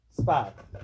spot